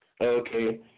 Okay